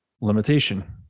limitation